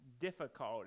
difficult